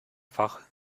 fach